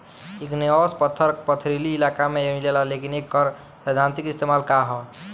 Igneous पत्थर पथरीली इलाका में मिलेला लेकिन एकर सैद्धांतिक इस्तेमाल का ह?